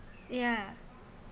ya